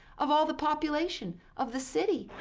of all the population of the city.